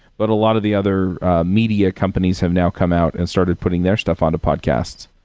but a lot of the other media companies have now come out and started putting their stuff on to podcasts.